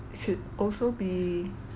should also be